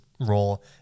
role